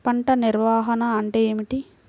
పంట నిర్వాహణ అంటే ఏమిటి?